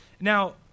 now